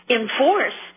enforce